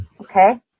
Okay